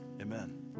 amen